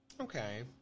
Okay